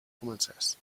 comencés